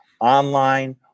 online